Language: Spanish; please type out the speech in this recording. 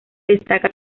destaca